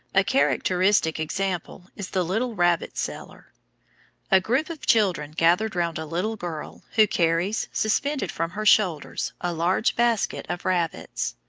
a characteristic example is the little rabbit-seller. a group of children gather round a little girl, who carries, suspended from her shoulders, a large basket of rabbits.